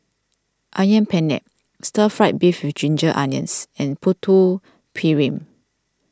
Ayam Penyet Stir Fried Beef with Ginger Onions and Putu Piring